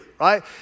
right